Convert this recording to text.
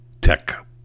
tech